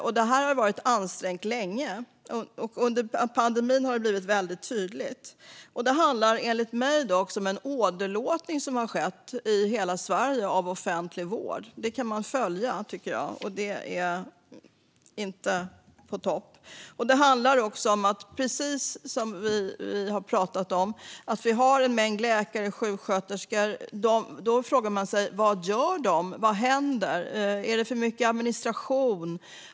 Läget har varit ansträngt länge, och under pandemin har det blivit väldigt tydligt. Enligt mig handlar det om en åderlåtning av offentlig vård i hela Sverige. Detta kan man följa, och det är inte på topp. Vi har ju en stor mängd läkare och sjuksköterskor, och man kan fråga sig varför personal väljer att sluta. Är det för mycket administration?